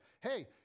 Hey